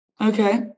Okay